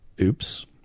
Oops